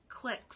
clicks